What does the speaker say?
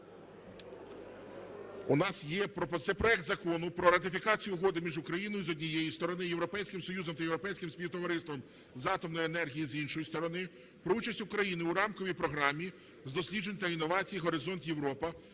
У нас є… Це проект Закону про ратифікацію Угоди між Україною, з однієї сторони, і Європейським Союзом та Європейським співтовариством з атомної енергії, з іншої сторони, про участь України у Рамковій програмі з досліджень та інновацій "Горизонт Європа"